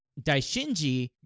Daishinji